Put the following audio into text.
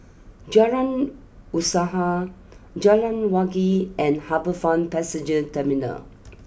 Jalan Usaha Jalan Wangi and HarbourFront Passenger Terminal